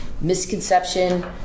misconception